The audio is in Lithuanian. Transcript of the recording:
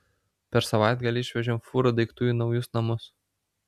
per savaitgalį išvežėm fūrą daiktų į naujus namus